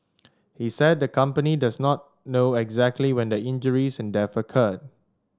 he said the company does not know exactly when the injuries and death occurred